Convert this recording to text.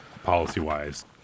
policy-wise